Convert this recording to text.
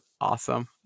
awesome